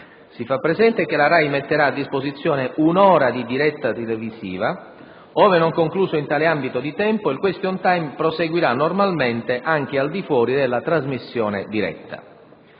Si fa presente che la RAI metterà a disposizione un'ora di trasmissione diretta televisiva. Ove non concluso in tale ambito di tempo, il *question time* proseguirà normalmente anche al di fuori della trasmissione diretta.